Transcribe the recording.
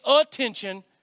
attention